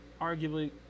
arguably